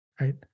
right